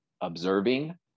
observing